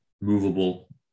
movable